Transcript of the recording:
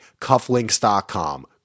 Cufflinks.com